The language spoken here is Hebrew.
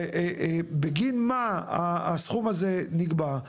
בגין מה הסכום הזה נגבה,